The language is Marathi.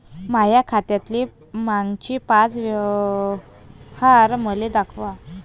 माया खात्यातले मागचे पाच व्यवहार मले दाखवा